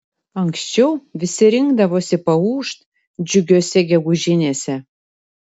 anksčiau visi rinkdavosi paūžt džiugiose gegužinėse